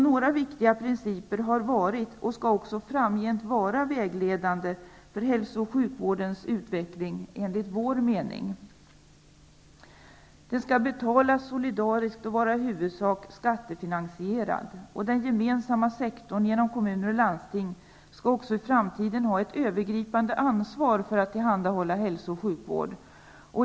Några viktiga principer har varit och skall också framgent, enligt vår mening, vara vägledande för hälso och sjukvårdens utveckling. Den skall betalas solidariskt och vara i huvudsak skattefinansierad. Den gemensamma sektorn, genom kommuner och landsting, skall även i framtiden ha ett övergripande ansvar för att tillhandahålla hälsooch sjukvård.